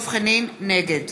נגד